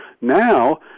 now